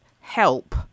help